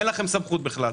אין לכם סמכות בכלל.